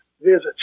visits